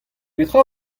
petra